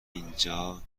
اینجا